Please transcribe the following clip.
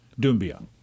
Dumbia